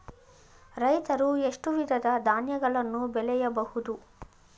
ರೈತರು ಎಷ್ಟು ವಿಧದ ಧಾನ್ಯಗಳನ್ನು ಬೆಳೆಯಬಹುದು?